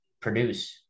produce